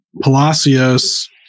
Palacios